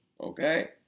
Okay